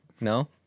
No